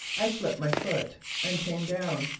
i slipped my foot and came down,